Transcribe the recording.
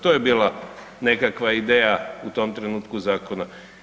To je bila nekakva ideja u tom trenutku zakona.